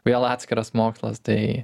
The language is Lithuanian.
vėl atskiras mokslas tai